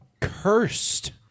cursed